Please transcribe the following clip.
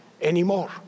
anymore